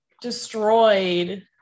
destroyed